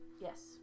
Yes